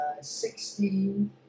sixteen